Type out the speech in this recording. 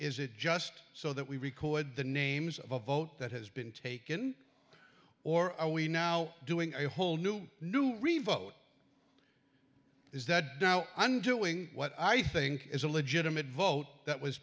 is it just so that we record the names of a vote that has been taken or are we now doing a whole new new revote is that dow undoing what i think is a legitimate vote that was